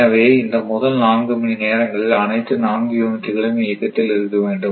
எனவே இந்த முதல் 4 மணி நேரங்களில் அனைத்து 4 யூனிட் டுகளும் இயக்கத்தில் இருக்க வேண்டும்